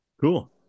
Cool